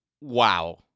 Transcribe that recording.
wow